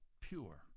pure